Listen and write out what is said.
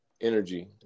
energy